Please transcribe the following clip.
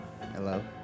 Hello